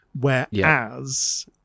Whereas